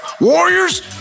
Warriors